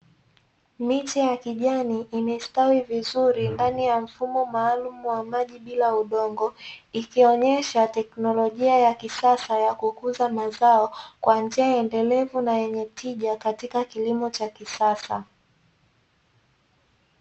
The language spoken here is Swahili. Miche ya kijani imestawi vizuri ndani ya mfumo maalumu wa maji, bila udongo ikionyesha tekinolojia ya kisasa ya kukuza mazao kwa njia endelevu na yenye tija katika kilimo cha kisasa.